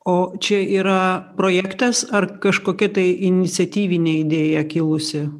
o čia yra projektas ar kažkokia tai iniciatyvinė idėja kilusi